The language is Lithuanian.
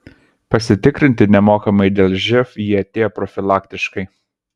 pasitikrinti nemokamai dėl živ jie atėjo profilaktiškai